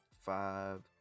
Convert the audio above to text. five